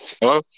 Hello